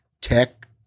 tech